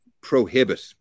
prohibit